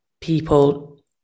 people